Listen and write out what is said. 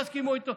לא יסכימו איתו,